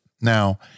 Now